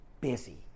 busy